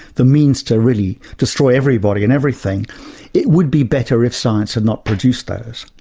the means to really destroy everybody and everything it would be better if science had not produced those.